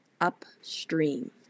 upstream